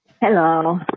hello